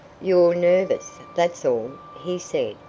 you're nervous, that's all, he said,